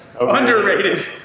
Underrated